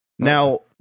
Now